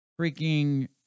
Freaking